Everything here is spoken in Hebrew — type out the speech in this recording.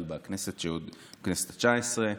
בכנסת התשע-עשרה,